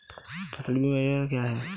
फसल बीमा योजना क्या है?